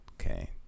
Okay